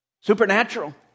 Supernatural